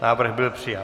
Návrh byl přijat.